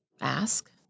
ask